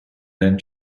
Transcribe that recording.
then